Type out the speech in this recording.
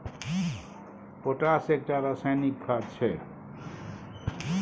potash एकटा रासायनिक खाद छै